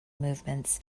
movements